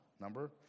Number